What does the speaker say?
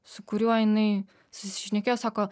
su kuriuo jinai susišnekėjo sako